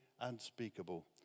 unspeakable